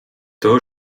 toho